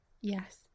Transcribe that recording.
Yes